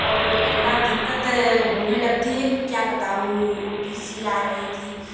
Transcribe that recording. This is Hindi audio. और इतना दिक़्क़त होने लगती है कि क्या बताऊँ उलटी सी आ रही थी